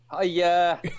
Hiya